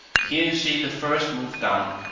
here you see the first move down.